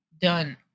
done